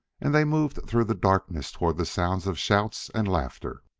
and they moved through the darkness toward the sounds of shouts and laughter.